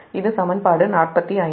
இது சமன்பாடு 45